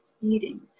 eating